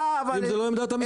אם זו לא עמדת המשרד,